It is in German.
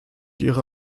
ihre